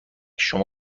شما